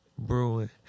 Brewing